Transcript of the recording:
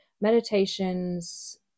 meditations